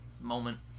moment